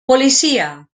policia